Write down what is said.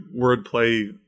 wordplay